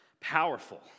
Powerful